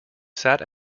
sat